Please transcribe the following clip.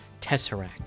Tesseract